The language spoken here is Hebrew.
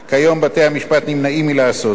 כיום בתי-המשפט נמנעים מלעשות זאת.